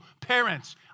parents